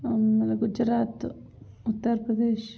ಆಮೇಲೆ ಗುಜರಾತ್ ಉತ್ತರ್ ಪ್ರದೇಶ್